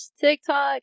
TikTok